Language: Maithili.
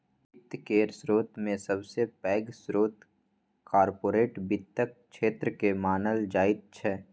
वित्त केर स्रोतमे सबसे पैघ स्रोत कार्पोरेट वित्तक क्षेत्रकेँ मानल जाइत छै